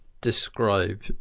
describe